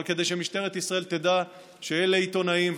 אבל כדי שמשטרת ישראל תדע שאלה עיתונאים,